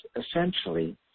essentially